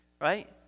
right